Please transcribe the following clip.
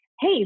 hey